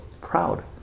proud